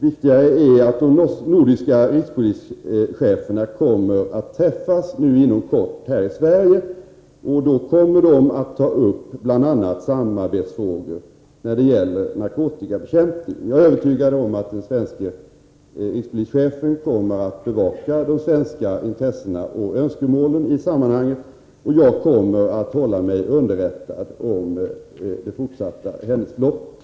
Viktigare är att de nordiska rikspolischeferna inom kort skall träffas här i Sverige. De skall då bl.a. ta upp samarbetsfrågor när det gäller narkotikabekämpning. Jag är övertygad om att den svenske rikspolischefen kommer att bevaka de svenska intressena och önskemålen i sammanhanget. Jag kommer att hålla mig underrättad om det fortsatta händelseförloppet.